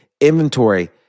inventory